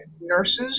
nurses